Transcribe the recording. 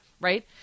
right